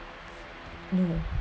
no leh